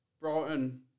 Brighton